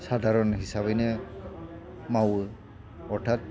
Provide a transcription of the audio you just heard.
साधारन हिसाबैनो मावो हथाथ